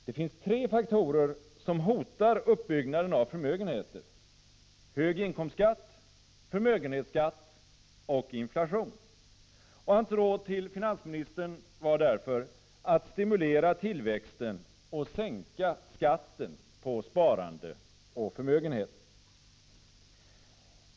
Det finns tre faktorer som hotar uppbyggnaden av förmögenheter: hög inkomstskatt, förmögenhetsskatt och inflation.” Hans råd till finansministern var därför att stimulera tillväxten och att sänka skatten på sparande och förmögenheter.